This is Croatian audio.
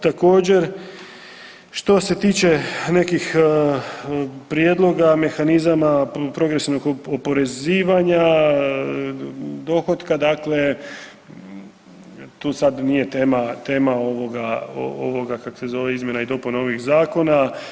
Također što se tiče nekih prijedloga mehanizama progresivnog oporezivanja dohotka, dakle tu sad nije tema, tema ovoga, ovoga kak se zove izmjena i dopuna ovih zakona.